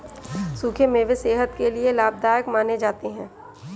सुखे मेवे सेहत के लिये लाभदायक माने जाते है